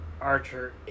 Archer